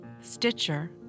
Stitcher